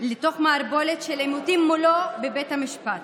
לתוך מערבולת של עימותים מולו בבית המשפט.